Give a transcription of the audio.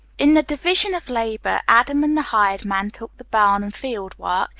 in the division of labour, adam and the hired man took the barn and field work,